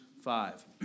five